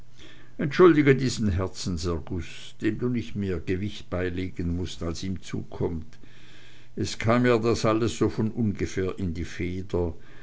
entschuldige diesen herzenserguß dem du nicht mehr gewicht beilegen mußt als ihm zukommt es kam mir das alles so von ungefähr in die feder